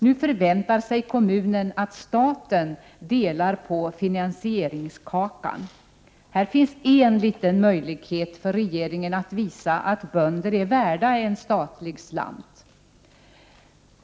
Nu förväntar sig kommunen att staten delar på finansieringskakan. Här finns en liten möjlighet för regeringen att visa att bönder är värda en statlig slant!